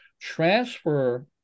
transfer